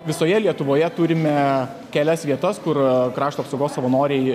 visoje lietuvoje turime kelias vietas kur krašto apsaugos savanoriai